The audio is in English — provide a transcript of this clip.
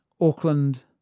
Auckland